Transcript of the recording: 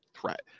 threat